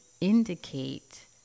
indicate